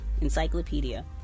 encyclopedia